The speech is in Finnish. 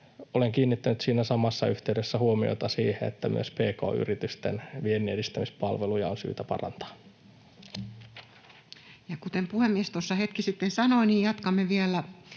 Olen kiinnittänyt siinä samassa yhteydessä huomiota siihen, että myös pk-yritysten vienninedistämispalveluja on syytä parantaa. [Speech 225] Speaker: Toinen varapuhemies